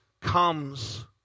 comes